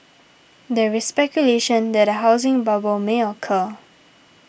there is speculation that a housing bubble may occur